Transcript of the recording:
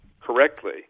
correctly